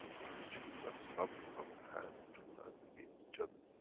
is literally, just rubbing of the hand, two hands against each other.